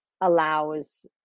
allows